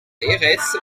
aires